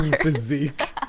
physique